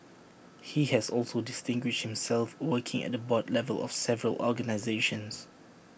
he has also distinguished himself working at the board level of several organisations